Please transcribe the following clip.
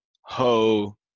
ho